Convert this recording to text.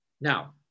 Now